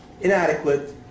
inadequate